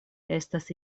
estas